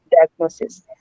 diagnosis